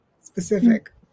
specific